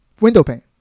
windowpane